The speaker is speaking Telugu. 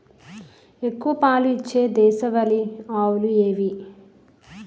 ఎక్కువ పాలు ఇచ్చే దేశవాళీ ఆవులు ఏవి?